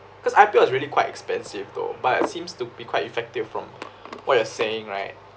because I_P_L is really quite expensive though but it seems to be quite effective from what you're saying right